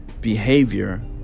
behavior